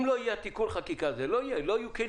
אם לא יהיה תיקון החקיקה הזה לא יהיו כלים.